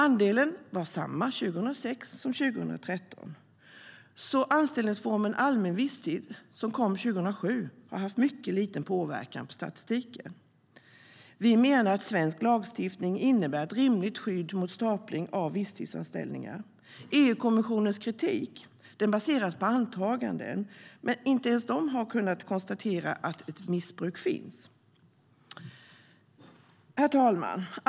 Andelen var densamma 2006 som 2013. Anställningsformen allmän visstid, som kom 2007, har alltså haft mycket liten påverkan på statistiken. Herr talman!